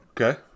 okay